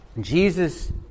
Jesus